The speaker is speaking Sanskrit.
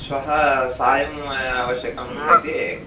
श्वः सायम् आवश्यकम् इति